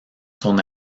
son